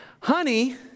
Honey